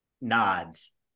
nods